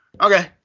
okay